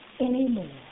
anymore